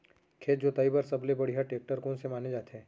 खेत जोताई बर सबले बढ़िया टेकटर कोन से माने जाथे?